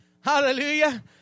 Hallelujah